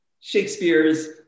Shakespeare's